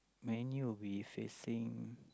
Man-U will be facing